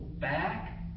back